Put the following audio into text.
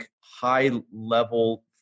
high-level